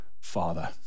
Father